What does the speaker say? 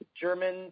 German